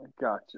gotcha